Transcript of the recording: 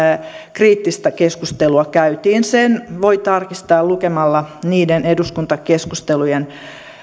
kriittistä keskustelua käytiin sen voi tarkistaa lukemalla niiden eduskuntakeskustelujen